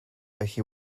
felly